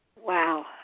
Wow